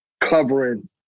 covering